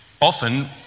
often